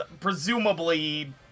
presumably